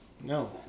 No